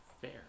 Fair